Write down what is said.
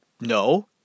no